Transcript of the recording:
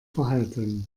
verhalten